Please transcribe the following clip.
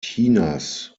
chinas